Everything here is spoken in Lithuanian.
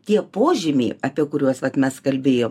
tie požymiai apie kuriuos vat mes kalbėjo